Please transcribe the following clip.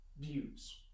views